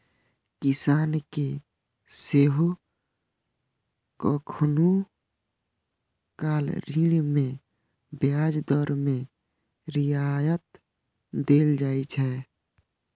किसान कें सेहो कखनहुं काल ऋण मे ब्याज दर मे रियायत देल जाइ छै